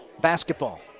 basketball